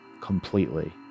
completely